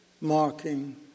marking